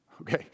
Okay